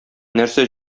нәрсә